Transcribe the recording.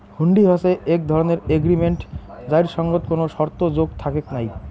হুন্ডি হসে এক ধরণের এগ্রিমেন্ট যাইর সঙ্গত কোনো শর্ত যোগ থাকেক নাই